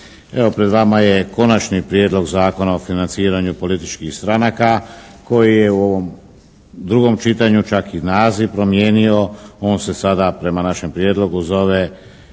Evo pred vama je Konačni prijedlog Zakona o financiranju političkih stranaka koji je u ovom drugom čitanju čak i naziv promijenio. On se sada prema našem prijedlogu zove